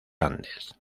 andes